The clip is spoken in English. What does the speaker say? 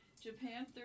Japan